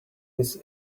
his